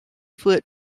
foot